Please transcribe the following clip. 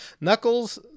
Knuckles